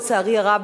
לצערי הרב,